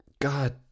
God